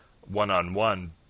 one-on-one